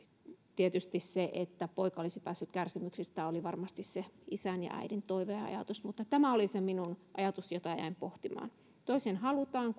tietysti se että poika olisi päässyt kärsimyksistään oli varmasti se isän ja äidin toiveajatus tämä oli se minun ajatukseni jota jäin pohtimaan toisen halutaan